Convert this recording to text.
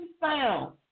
found